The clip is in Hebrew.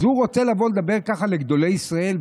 אז הוא רוצה לבוא לדבר ככה לגדולי ישראל?